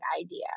idea